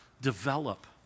develop